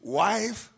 wife